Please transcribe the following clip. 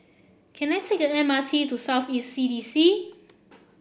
can I take the M R T to South East C D C